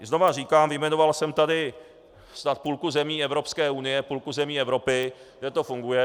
Znovu říkám, vyjmenoval jsem tady snad půlku zemí Evropské unie, půlku zemí Evropy, kde to funguje.